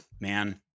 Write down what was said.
man